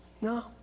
no